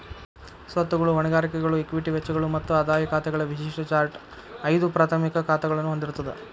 ಸ್ವತ್ತುಗಳು, ಹೊಣೆಗಾರಿಕೆಗಳು, ಇಕ್ವಿಟಿ ವೆಚ್ಚಗಳು ಮತ್ತ ಆದಾಯ ಖಾತೆಗಳ ವಿಶಿಷ್ಟ ಚಾರ್ಟ್ ಐದು ಪ್ರಾಥಮಿಕ ಖಾತಾಗಳನ್ನ ಹೊಂದಿರ್ತದ